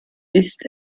ist